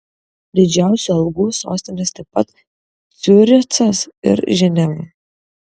didžiausių algų sostinės taip pat ciurichas ir ženeva